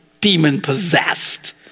demon-possessed